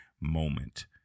moment